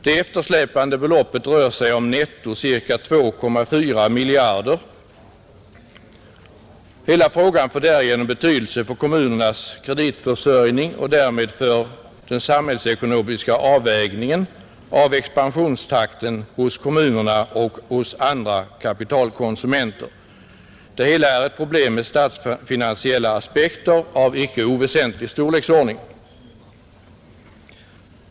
Det eftersläpande beloppet rör sig om netto ca 2,4 miljarder. Hela frågan får därigenom betydelse för kommunernas kreditförsörjning och därmed för den samhällsekonomiska avvägningen av expansionstakten hos kommunerna och hos andra ”kapitalkonsumenter”. Det hela är ett problem med statsfinansiella aspekter av icke oväsentlig storleksordning.